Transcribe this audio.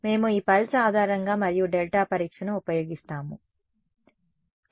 మేము ఈ పల్స్ ఆధారంగా మరియు డెల్టా పరీక్షను ఉపయోగిస్తాము సరే